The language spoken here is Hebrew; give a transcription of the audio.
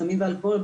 סמים ואלכוהול,